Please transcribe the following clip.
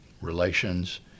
relations